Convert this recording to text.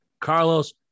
Carlos